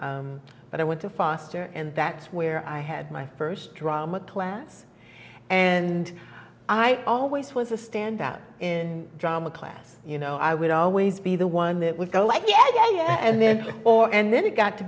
years but i went to foster and that's where i had my first drama class and i always was a stand out in drama class you know i would always be the one that would go like yes and then or and then it got to